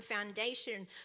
foundation